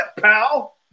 pal